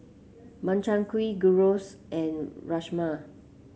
Makchang Gui Gyros and Rajma